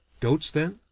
goats, then?